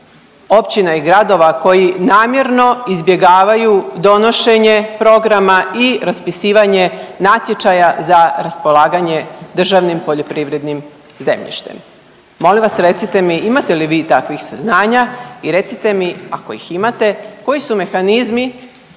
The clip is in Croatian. općina i gradova koji namjerno izbjegavaju donošenje programa i raspisivanje natječaja za raspolaganje državnim poljoprivrednim zemljištem. Molim vas recite mi imate li vi takvih saznanja i recite mi ako ih imate koji su mehanizmi